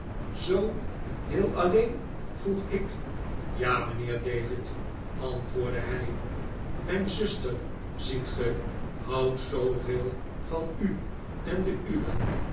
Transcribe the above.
zoo heel alleen vroeg ik ja mijnheer david antwoordde hij mijn zuster ziet ge houdt zooveel van u en de uwen